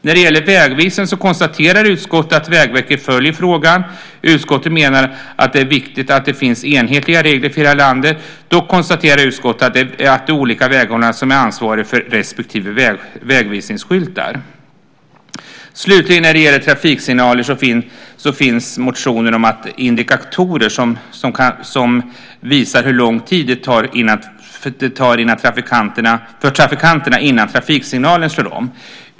När det gäller vägvisning konstaterar utskottet att Vägverket följer frågan. Utskottet menar att det är viktigt att det finns enhetliga regler för hela landet. Dock konstaterar utskottet att det är de olika väghållarna som är ansvariga för respektive vägvisningsskyltar. När det slutligen gäller trafiksignaler finns det motioner om indikatorer som visar trafikanterna hur lång tid det tar innan trafiksignalen slår om.